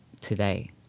today